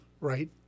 right